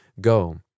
go